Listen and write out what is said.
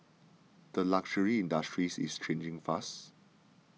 the luxury industry's is changing fast